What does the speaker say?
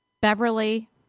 Beverly